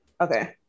okay